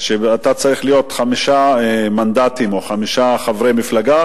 אתה צריך להיות חמישה מנדטים או חמישה חברי מפלגה